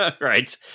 Right